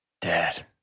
Dad